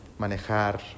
manejar